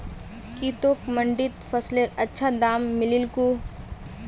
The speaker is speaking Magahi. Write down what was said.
की तोक मंडीत फसलेर अच्छा दाम मिलील कु